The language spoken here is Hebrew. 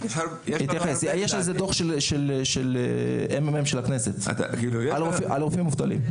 יש דוח של מרכז המחקר והמידע של הכנסת על רופאים מובטלים.